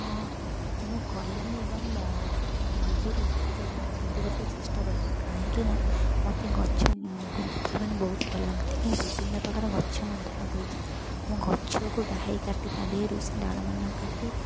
ହଁ ମୁଁ କଲମି ଏବଂ ମଞ୍ଜିରୁ ଉଦ୍ଭିଦ ବୃଦ୍ଧି କରିବାକୁ ଚେଷ୍ଟା କରିଛି କାହିଁକି ନା ମୋତେ ଗଛ ବୃକ୍ଷ ମାନେ ବହୁତ ଭଲ ଲାଗନ୍ତି ମୁଁ ବିଭିନ୍ନ ପ୍ରକାର ଗଛ ମଧ୍ୟ ଲଗେଇଛି ମୁଁ ଗଛକୁ ଡାହି କାଟି ତା ଦେହରୁ ସେ ଡାଳମାନଙ୍କୁ କାଟି